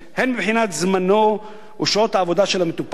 הן מבחינת זמנו ושעות העבודה של המטופל.